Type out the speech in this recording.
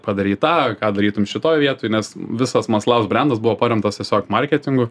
padarei tą ką darytum šitoj vietoj nes visas maslaus brendas buvo paremtas tiesiog marketingu